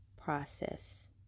Process